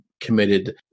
committed